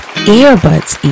earbuds